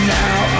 now